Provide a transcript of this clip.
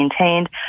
maintained